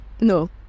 No